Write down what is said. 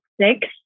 six